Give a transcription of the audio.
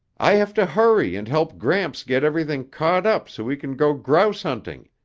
i have to hurry and help gramps get everything caught up so we can go grouse hunting,